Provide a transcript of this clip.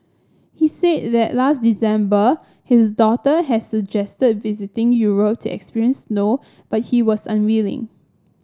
he said that last December his daughter had suggested visiting Europe to experience know but he was unwilling